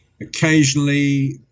Occasionally